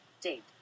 date